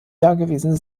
dagewesene